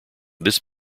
this